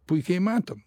puikiai matom